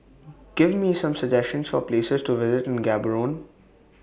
Give Me Some suggestions For Places to visit in Gaborone